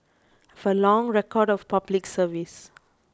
have a long record of Public Service